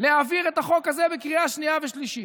להעביר את החוק הזה בקריאה שנייה ושלישית.